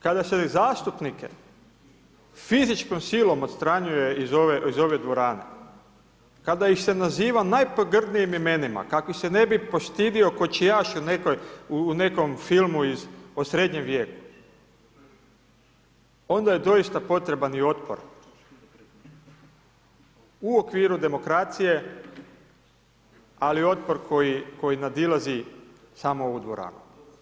Kada svoje zastupnike fizičkom silom odstranjuje iz ove dvorane, kada ih se naziva najpogrdnijim imenima, kakvih se ne bi postidio kočijaš u nekom filmu o srednjem vijeku, onda je doista potreban i otpor u okviru demokracije ali otpor koji nadilazi samo ovu dvoranu.